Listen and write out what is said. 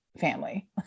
family